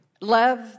Love